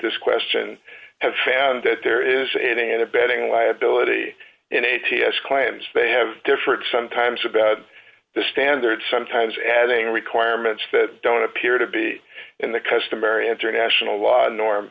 this question have found that there is any and abetting liability in a ts claims they have different sometimes about the standard sometimes adding requirements that don't appear to be in the customary international law norm